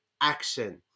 action